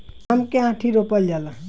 आम के आंठी रोपल जाला